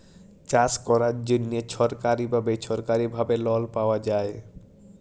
চাষ ক্যরার জ্যনহে ছরকারি বা বেছরকারি ভাবে লল পাউয়া যায়